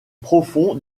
profond